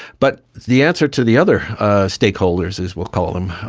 but the answer to the other stakeholders, as we'll call them,